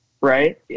right